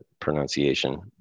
pronunciation